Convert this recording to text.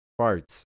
Farts